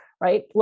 Right